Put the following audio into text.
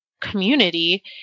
community